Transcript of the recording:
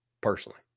personally